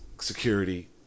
security